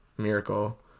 Miracle